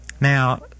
Now